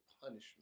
punishment